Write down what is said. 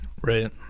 Right